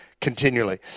continually